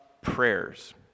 prayers